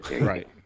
Right